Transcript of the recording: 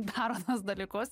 daro tuos dalykus